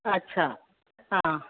अच्छा हा